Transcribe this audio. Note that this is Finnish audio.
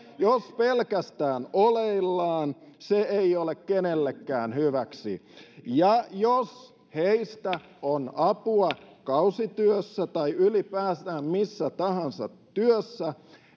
jos pelkästään oleillaan se ei ole kenellekään hyväksi ja jos heistä on apua kausityössä tai ylipäänsä missä tahansa työssä